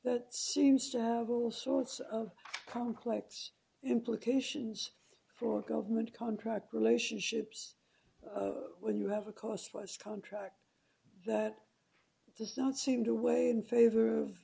that seems to have all sorts of complex implications for government contract relationships when you have a cost plus contract that does not seem to weigh in favor of